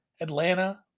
Atlanta